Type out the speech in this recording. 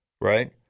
right